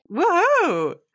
Whoa